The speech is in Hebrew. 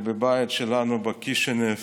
בבית שלנו בקישינב